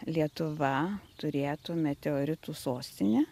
lietuva turėtų meteoritų sostinę